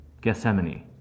Gethsemane